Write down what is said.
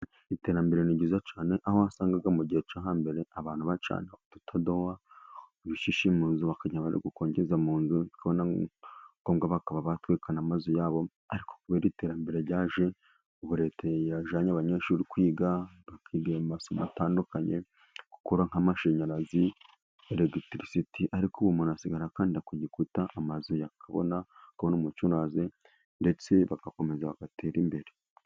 Iterambere ni ryiza cyane, aho wasangaga mu gihe cyo hambere abantu bacana udutadowa, urushishi mu nzu gukongeza mu nzu bikaba na ngombwa bakaba batwika amazu yabo, ariko kubera iterambere ryaje ,ubu leta yajyanye abanyeshuri kwiga amasomo atandukanye gukora nk'amashanyarazi (elegitirisiti )ariko ubu umuntu asigaye akanda ku gikuta amazu akabona, bakabona umucyo uraje ndetse bagakomeza bagatera imbere.